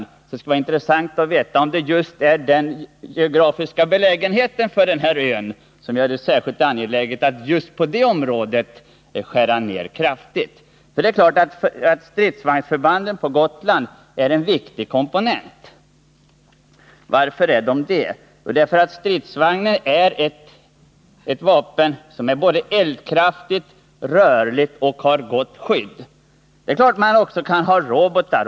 Det skulle vara intressant att veta om det är just den geografiska belägenheten för denna ö som gör det särskilt angeläget att där skära ned kraftigt. Stridsvagnsförbanden på Gotland är en viktig komponent. Varför då? Jo, stridsvagnen är ett vapen som både är eldkraftigt och rörligt och har ett gott skydd. Det är klart att vi också kan använda oss av robotar.